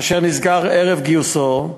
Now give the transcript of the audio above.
אשר נסגר ערב גיוסו,